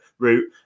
route